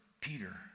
Peter